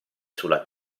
sulla